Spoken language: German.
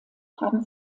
haben